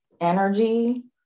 energy